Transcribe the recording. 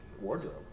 wardrobe